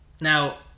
Now